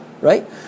Right